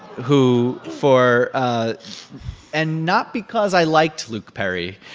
who for ah and not because i liked luke perry,